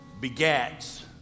begats